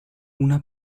una